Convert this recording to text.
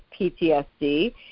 PTSD